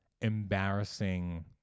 embarrassing